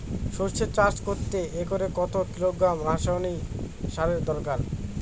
সরষে চাষ করতে একরে কত কিলোগ্রাম রাসায়নি সারের দরকার?